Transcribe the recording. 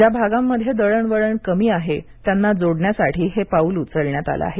ज्या भागांमध्ये दळणवळण कमी आहे त्यांना जोडण्यासाठी हे पाऊल उचलण्यात आलं आहे